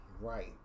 right